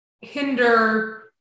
hinder